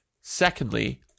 Secondly